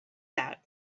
that